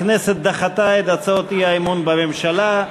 הכנסת דחתה את הצעות האי-אמון בממשלה.